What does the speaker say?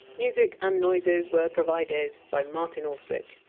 music and noises were provided by martin austwick.